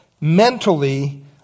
mentally